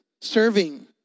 Serving